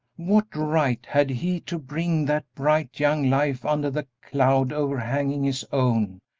what right had he to bring that bright young life under the cloud overhanging his own,